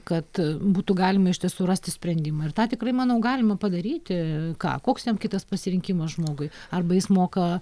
kad būtų galima iš tiesų rasti sprendimą ir tą tikrai manau galima padaryti ką koks jam kitas pasirinkimas žmogui arba jis moka